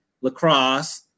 lacrosse